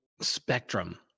spectrum